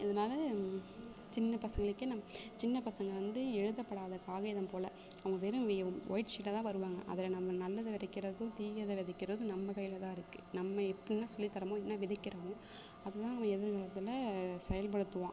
இதனால சின்ன பசங்களுக்கே நம்ப சின்ன பசங்க வந்து எழுதப்படாத காகிதம் போல் அவங்க வெறும் ஒயி ஒயிட் சீட்டாகதான் வருவாங்க அதில் நம்ம நல்லதை விதைக்கிறதும் தீயதை விதைக்கிறதும் நம்ம கையில்தான் இருக்கு நம்ம இப்போ என்னா சொல்லி தரோமோ என்ன விதைக்கிறோமோ அது தான் அவன் எதிர்காலத்தில் செயல்படுத்துவான்